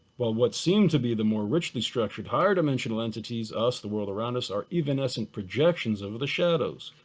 well, what seems to be the more richly structured higher dimensional entities us the world around us or even us in projections of the shadows.